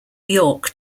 york